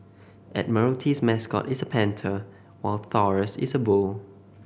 admiralty's mascot is a panther while Taurus is a bull